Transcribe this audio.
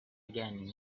again